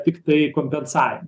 tiktai kompensavimo